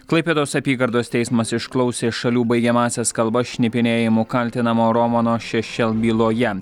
klaipėdos apygardos teismas išklausė šalių baigiamąsias kalbas šnipinėjimu kaltinamo romano šešel byloje